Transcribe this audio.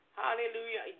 hallelujah